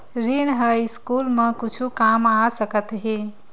ऋण ह स्कूल मा कुछु काम आ सकत हे?